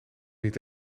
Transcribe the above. niet